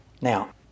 Now